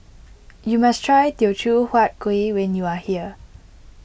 you must try Teochew Huat Kuih when you are here